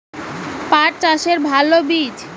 পাঠ চাষের ভালো বীজ?